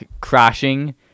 crashing